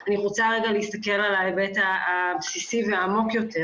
אני רוצה רגע להסתכל על ההיבט הבסיסי והעמוק יותר.